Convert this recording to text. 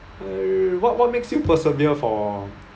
uh what what makes you persevere for